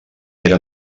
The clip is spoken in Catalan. era